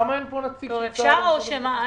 למה לא נמצא כאן נציג משרד הביטחון?